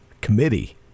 committee